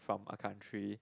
from a country